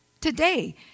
Today